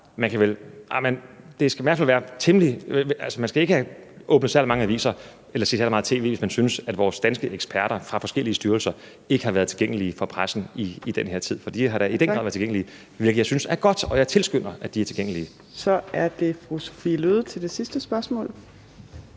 man ikke kan have åbnet særlig mange aviser eller set særlig meget tv, hvis man synes, at vores danske eksperter fra forskellige styrelser ikke har været tilgængelige for pressen i den her tid. For de har da i den grad været tilgængelige, hvilket jeg synes er godt, og jeg tilskynder til, at de er tilgængelige. Kl. 15:42 Fjerde næstformand